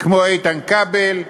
כמו איתן כבל,